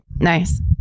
Nice